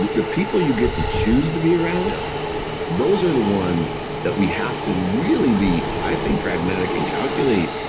the people you get to choose to be around, um those are the ones that we have to really be, i think, pragmatic and calculate,